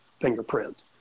fingerprint